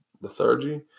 lethargy